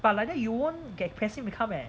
but like that you won't get passive income eh